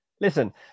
listen